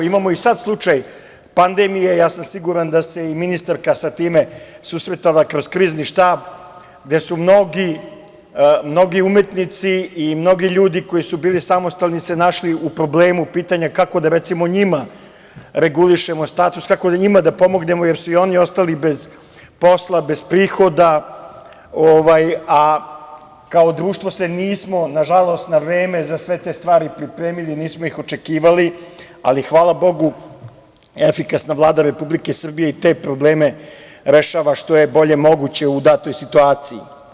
Imamo i sad slučaj pandemije, ja sam siguran da se i ministarka sa time susretala kroz krizni štab, gde su mnogi umetnici i mnogi ljudi koji su bili samostalni se našli u problemu, pitanje je - kako da, recimo, njima regulišemo status, kako njima da pomognemo, jer su i oni ostali bez posla, bez prihoda, a kao društvo se nismo, nažalost, na vreme za sve te stvari pripremili, nismo ih očekivali, ali hvala Bogu, efikasna Vlada Republike Srbije i te probleme rešava što je bolje moguće u datoj situaciji.